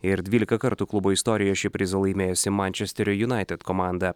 ir dvylika kartų klubo istorijoje šį prizą laimėjusi mančesterio united komanda